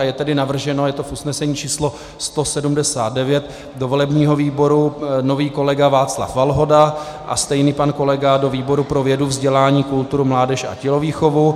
A je tedy navržen, je to v usnesení číslo 179, do volebního výboru nový kolega Václav Valhoda a stejný pan kolega do výboru pro vědu, vzdělání, výchovu, kulturu, mládež a tělovýchovu.